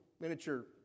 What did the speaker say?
miniature